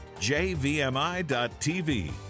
jvmi.tv